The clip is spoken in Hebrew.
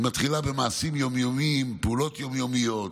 היא מתחילה במעשים יום-יומיים ופעולות יום-יומיות: